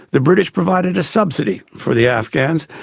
the british provided a subsidy for the afghans,